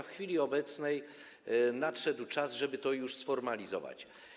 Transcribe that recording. W chwili obecnej nadszedł czas, żeby to już sformalizować.